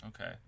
okay